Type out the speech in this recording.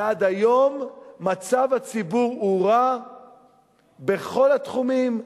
ועד היום, מצב הציבור הורע בכל התחומים.